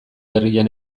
herrian